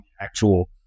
actual